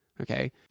Okay